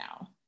now